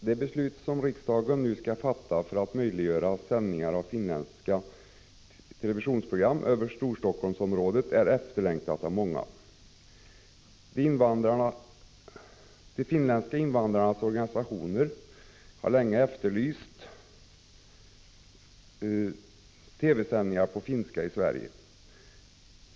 Herr talman! Det beslut som riksdagen skall fatta för att möjliggöra sändningar av finländska televisionsprogram över Storstockholmsområdet är efterlängtat av många. De finländska invandrarnas organisationer har länge efterlyst TV-sändningar på finska i Sverige.